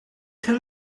tel